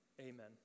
Amen